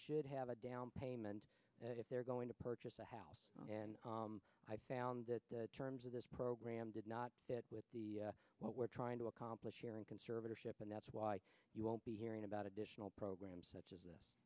should have a down payment if they're going to purchase a house and i found that the terms of this program did not fit with the what we're trying to accomplish here in conservatorship and that's why you won't be hearing about additional programs such as this